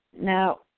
now